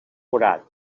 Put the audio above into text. forat